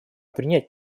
принять